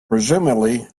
presumably